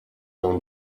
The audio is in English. own